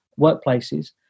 workplaces